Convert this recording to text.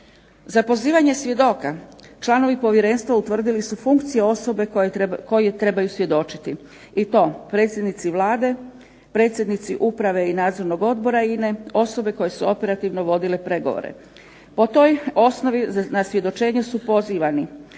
Za pozivanje svjedoka članovi povjerenstva utvrdili su funkcije osobe koje trebaju svjedočiti i to predsjednici Vlade, predsjednice Uprave i Nadzornog odbora INA-e osobe koje su operativno vodile pregovore. Po toj osnovi na svjedočenje su pozivani